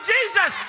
Jesus